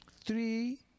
three